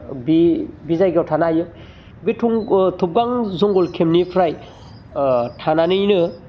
बे बे जायगायाव थानो हायो बे थं थबगां जंगल केम्पनिफ्राय थानानैनो